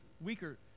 weaker